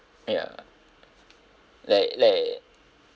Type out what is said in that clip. ya like like